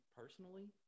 personally